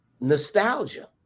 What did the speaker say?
nostalgia